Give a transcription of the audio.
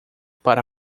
para